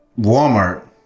Walmart